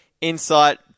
insight